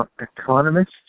economist